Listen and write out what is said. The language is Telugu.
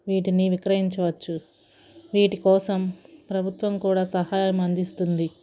వీటిని విక్రయించవచ్చు వీటికోసం ప్రభుత్వం కూడా సహాయం అందిస్తుంది